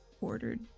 ordered